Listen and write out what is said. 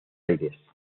aires